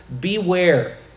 beware